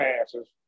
passes